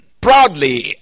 proudly